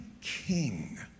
king